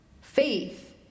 Faith